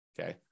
okay